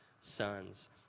sons